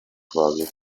quasi